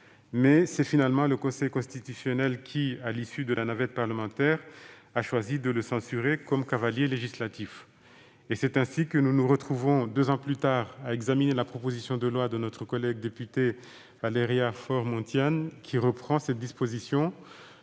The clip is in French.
rédactionnels. Finalement, le Conseil constitutionnel, à l'issue de la navette parlementaire, avait choisi de le censurer comme « cavalier législatif ». C'est ainsi que nous nous retrouvons, deux ans plus tard, à examiner la proposition de loi de notre collègue députée Valéria Faure-Muntian, qui reprend cette disposition.